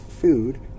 food